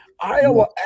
Iowa